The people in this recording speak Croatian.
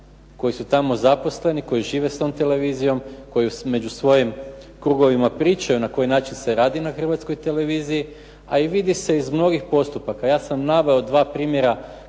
koji su tamo zaposleni, koji žive s tom televizijom, koji među svojim krugovima pričaju na koji način se radi na Hrvatskoj televiziji, a i vidi se iz mnogih postupaka. Ja sam naveo dva primjera